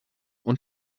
und